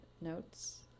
notes